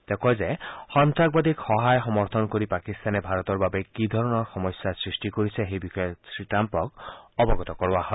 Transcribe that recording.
তেওঁ কয় যে সন্তাসবাদীক সহায় সমৰ্থন কৰি পাকিস্তানে ভাৰতৰ বাবে কি ধৰণৰ সমস্যাৰ সৃষ্টি কৰিছে সেই বিষয়ে শ্ৰীট্টাম্পক অৱগত কৰোৱা হয়